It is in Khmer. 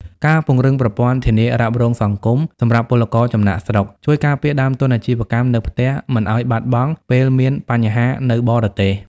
ការពង្រឹងប្រព័ន្ធ "ធានារ៉ាប់រងសង្គម" សម្រាប់ពលករចំណាកស្រុក ជួយការពារដើមទុនអាជីវកម្មនៅផ្ទះមិនឱ្យបាត់បង់ពេលមានបញ្ហានៅបរទេស។